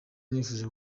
nifuje